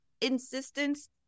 insistence